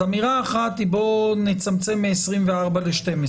אז אמירה אחת היא בוא נצמצם מ-24 ל-12.